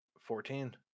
Fourteen